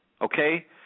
Okay